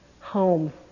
home